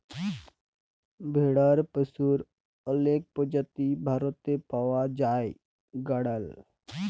ভেড়ার পশুর অলেক প্রজাতি ভারতে পাই জাই গাড়ল